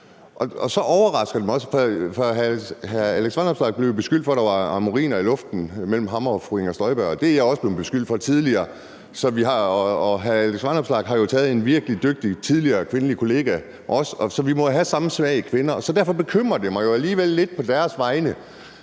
der overrasker mig, for hr. Alex Vanopslagh blev jo beskyldt for, at der var amoriner i luften mellem ham og fru Inger Støjberg, og det er jeg også blevet beskyldt for tidligere, og hr. Alex Vanopslagh har jo også taget imod en virkelig dygtig tidligere kvindelig kollega, så vi må jo have den samme smag i kvinder. Derfor bekymrer det mig alligevel lidt på deres vegne,